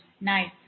Nice